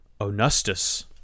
Onustus